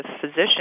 physician